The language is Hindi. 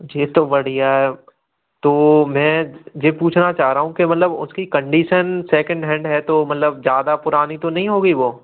यह तो बढ़िया है तो वह मैं यह पूछना चाह रहा हूँ के मतलब उसकी कन्डीशन सैकिंड हैंड है तो मतलब ज़्यादा पुरानी तो नहीं होगी वह